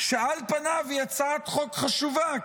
שעל פניו היא הצעת חוק חשובה,